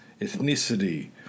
ethnicity